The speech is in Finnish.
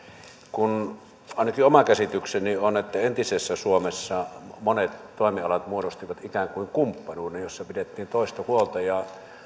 kun ainakin oma käsitykseni on että entisessä suomessa monet toimialat muodostivat ikään kuin kumppanuuden jossa pidettiin toisista huolta